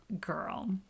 girl